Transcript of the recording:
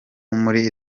muri